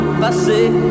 passé